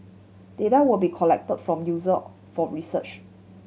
data will be collect from user for research